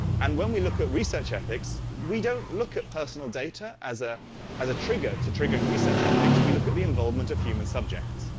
and when we look at research ethics, we don't look at personal data as ah as a trigger to triggering research ethics. we look at the involvement of human subjects.